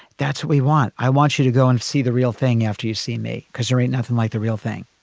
that's what we want. i want you to go and see the real thing after you see me. because there ain't nothing like the real thing